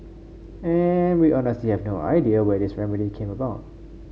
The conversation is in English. and we honestly have no idea where this remedy came about